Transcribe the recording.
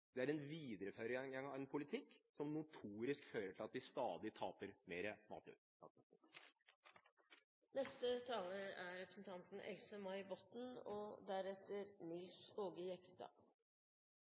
er en videreføring av en politikk som notorisk fører til at vi stadig taper mer matjord. Det er et viktig tema interpellanten tar opp. Samfunnsutviklingen er i stadig endring, sa representanten